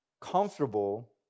comfortable